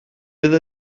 fydd